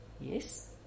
Yes